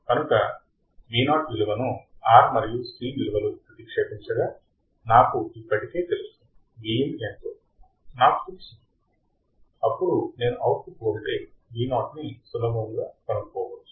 కనుక Vo విలువను R మరియు C విలువలు ప్రతిక్షేపించగా నాకు ఇప్పటికే తెలుసు Vin ఎంతో నాకు తెలుసు అప్పుడు నేను అవుట్పుట్ వోల్టేజ్ VO ని సులభముగా కనుక్కోవచ్చు